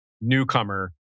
newcomer